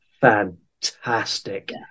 fantastic